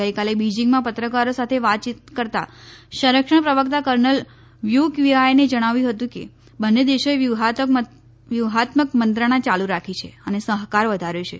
ગઈકાલે બિજિંગમાં પત્રકારો સાથે વાતચીત કરતાં સંરક્ષણ પ્રવક્તા કર્નલ વુ ક્વિઆને જણાવ્યું હતું કે બંને દેશોએ વ્યૂહાત્મક મંત્રણા ચાલુ રાખી છે અને સહકાર વધાર્યો છે